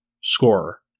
scorer